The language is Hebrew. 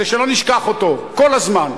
כדי שלא נשכח אותו כל הזמן.